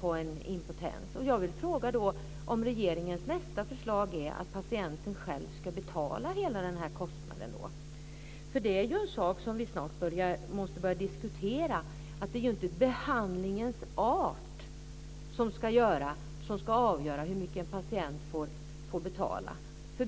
på impotens. Jag vill fråga om regeringens nästa förslag är att patienten själv ska betala hela denna kostnad. Det är en sak som vi snart måste börja diskutera. Det är inte behandlingens art som ska avgöra hur mycket en patient får betala.